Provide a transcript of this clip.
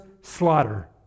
slaughter